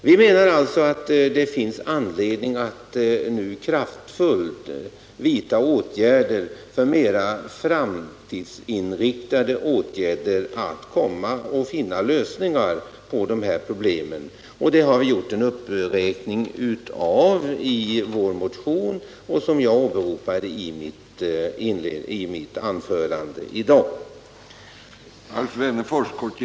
Vi anser alltså att det finns anledning att nu kraftfullt vidta mera framtidsinriktade åtgärder i syfte att finna lösningar på problemen. Sådana åtgärder har vi räknat upp i vår motion, som jag åberopade i mitt tidigare anförande.